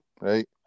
Right